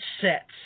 sets